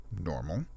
normal